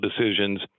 decisions